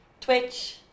Twitch